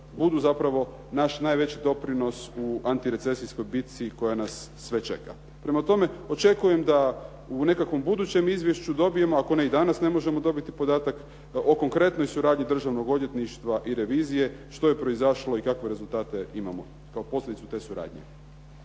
budu zapravo naš najveći doprinos u antirecesijskoj bitci koja nas sve čeka. Prema tome, očekujem da u nekakvom budućem izvješću dobijemo, ako ne i danas ne možemo dobiti podatak o konkretnoj suradnji Državnog odvjetništva i revizije, što je proizašlo i kakve rezultate imamo kao posljedicu te suradnje.